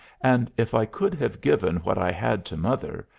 and if i could have given what i had to mother,